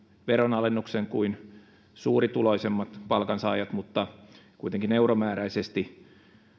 veronalennuksen kuin suurituloisemmat palkansaajat mutta kuitenkin euromääräisesti